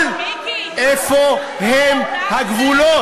אבל איפה הם הגבולות?